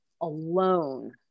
alone